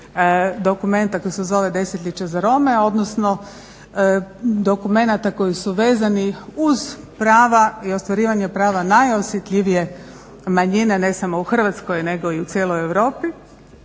dokumenta koji se zove "Desetljeće za Rome", odnosno dokumenata koji su vezani uz prava i ostvarivanje prava najosjetljivije manjine, ne samo u Hrvatskoj, nego i u cijeloj Europi,